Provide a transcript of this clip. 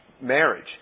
marriage